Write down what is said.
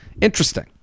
Interesting